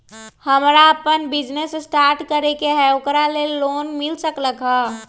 हमरा अपन business start करे के है ओकरा लेल लोन मिल सकलक ह?